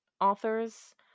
authors